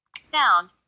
Sound